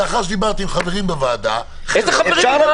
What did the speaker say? שלאחר שדיברתי עם חברים בוועדה --- איזה חברים?